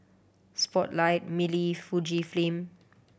Spotlight Mili Fujifilm